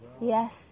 Yes